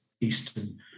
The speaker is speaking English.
Eastern